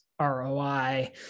ROI